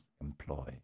employ